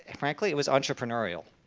and frankly it was entrepreneurial.